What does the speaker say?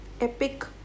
epic